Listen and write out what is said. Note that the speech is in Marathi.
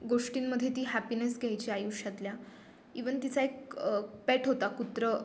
गोष्टींमध्ये ती हॅपीनेस घ्यायची आयुष्यातल्या इवन तिचा एक पेट होता कुत्रं